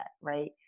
right